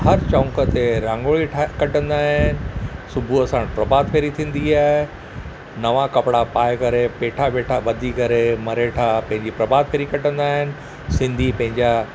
हर चौक ते रंगोली कढंदा आहिनि सुबुह असां प्रभात फेरी थींदी आहे नवा कपिड़ा पाए करे पेठा वेठा बधी करे मरेठा पंहिंजी प्रभात फेरी कढंदा आहिनि सिंधी पंहिंजा